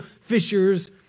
fishers